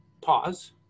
pause